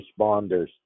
responders